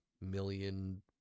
million